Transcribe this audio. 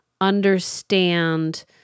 understand